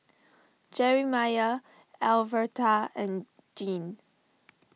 Jerimiah Alverta and Jean